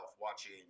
watching